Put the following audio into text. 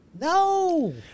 no